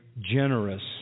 generous